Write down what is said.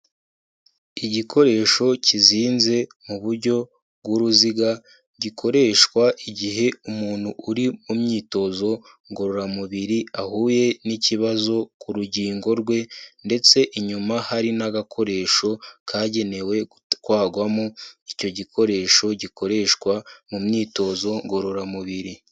Igikoresho kizinze mu buryo bw'uruziga, gikoreshwa igihe umuntu uri mu myitozo ngororamubiri ahuye n'ikibazo ku rugingo rwe, ndetse inyuma hari n'agakoresho kagenewe gutwarwamo icyo gikoresho gikoreshwa mu myitozo ngororamubiri.